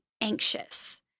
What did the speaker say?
anxious